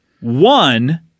One